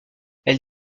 elle